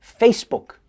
Facebook